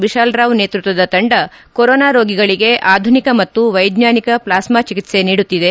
ವಿಶಾಲ್ ರಾವ್ ನೇತೃತ್ವದ ತಂಡ ಕೊರೊನಾ ರೋಗಿಗಳಿಗೆ ಆಧುನಿಕ ಮತ್ತು ವೈಜ್ಞಾನಿಕ ಪ್ಲಾಸ್ತಾ ಚಿಕಿತ್ಸೆ ನೀಡುತ್ತಿದೆ